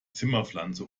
zimmerpflanze